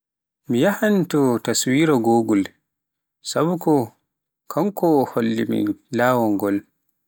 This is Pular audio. Mi yahan to taswira google, sabu ko kanko holli mi laawol ngol.